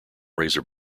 razor